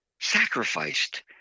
sacrificed